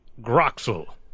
Groxel